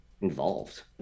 involved